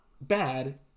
bad